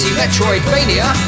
metroidvania